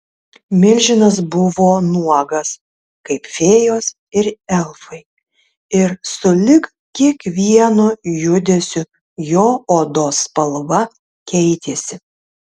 milžinas buvo nuogas kaip fėjos ir elfai ir sulig kiekvienu judesiu jo odos spalva keitėsi